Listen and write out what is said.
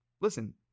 Listen